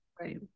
right